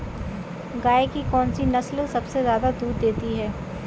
गाय की कौनसी नस्ल सबसे ज्यादा दूध देती है?